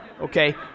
okay